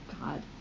god